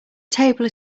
table